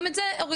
גם את זה הורידו,